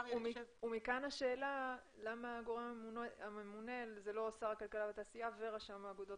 מכאן השאלה למה הגורם הממונה זה לא שר הכלכלה והתעשייה ורשם האגודות